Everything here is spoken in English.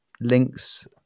links